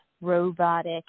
robotic